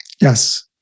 Yes